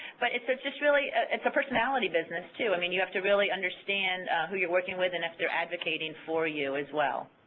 but it's just really it's a personality business, too. i mean you have to really understand who you're working with and if they're advocating for you as well.